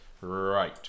Right